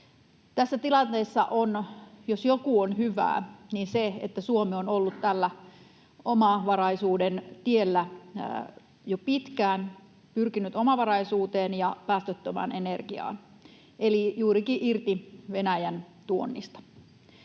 tässä tilanteessa on hyvää, niin se, että Suomi on ollut tällä omavaraisuuden tiellä jo pitkään, pyrkinyt omavaraisuuteen ja päästöttömään energiaan eli juurikin irti Venäjän-tuonnista.